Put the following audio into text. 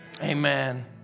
Amen